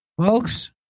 folks